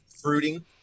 fruiting